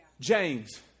James